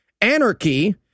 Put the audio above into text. anarchy